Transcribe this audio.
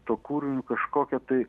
tuo kūriniu kažkokią tai